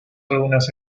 algunas